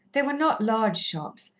they were not large shops,